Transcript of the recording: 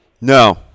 No